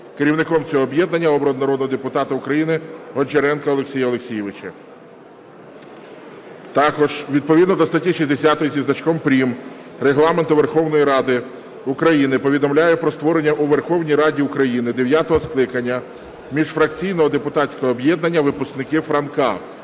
Керівником цього об'єднання обрано народного депутата України Гончаренка Олексія Олексійовича. Також відповідно до статті 60 зі значком прим. Регламенту Верховної Ради України повідомляю про створення у Верховній Раді України дев'ятого скликання міжфракційного депутатського об'єднання "Випускники Франка".